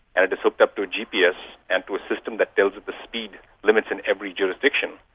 and it is hooked up to a gps and to a system that tells it the speed limits in every jurisdiction.